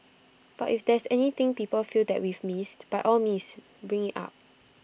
but if there's anything people feel that we've missed by all means bring IT up